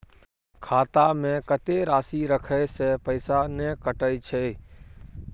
खाता में कत्ते राशि रखे से पैसा ने कटै छै?